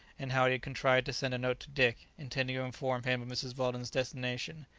and how he had contrived to send a note to dick, intending to inform him of mrs. weldon's destination.